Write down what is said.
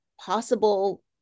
possible